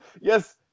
Yes